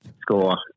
score